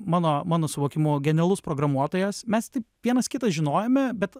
mano mano suvokimu genialus programuotojas mes taip vienas kitą žinojome bet